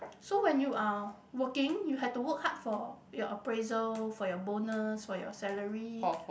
so when you are working you have to work hard for your appraisal for your bonus for your salary